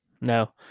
No